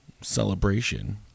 celebration